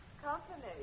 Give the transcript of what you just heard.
company